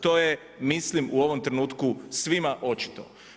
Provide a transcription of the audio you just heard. To je mislim u ovom trenutku svima očito.